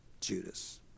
Judas